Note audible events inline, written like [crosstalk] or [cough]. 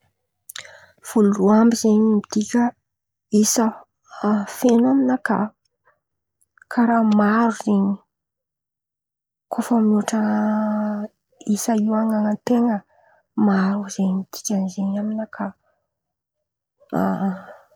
Folo roe amby zen̈y midika isa feno amy nakà karàha maro zen̈y, kô fa mihôtra isan-ten̈a maro zen̈y dikan̈y zen̈y amy nakà. [hesitation]